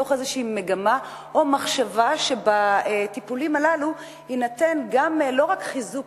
מתוך איזושהי מגמה או מחשבה שבטיפולים הללו יינתנו לא רק חיזוק